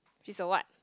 she's a what